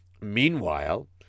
Meanwhile